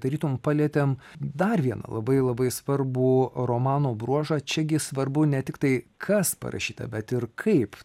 tarytum palietėm dar vieną labai labai svarbų romano bruožą čia gi svarbu ne tik tai kas parašyta bet ir kaip